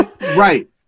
Right